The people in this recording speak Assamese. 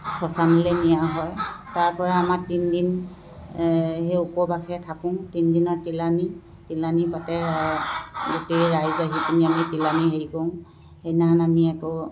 শ্মশানলৈ নিয়া হয় তাৰপৰা আমাৰ তিনিদিন সেই উপবাসে থাকোঁ তিনিদিনৰ তিলানী তিলানী পাতে গোটেই ৰাইজ আহি পিনি আমি তিলানী হেৰি কৰোঁ সেইদিনাখন আমি একো